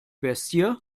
bestie